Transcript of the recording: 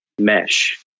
Mesh